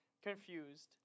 Confused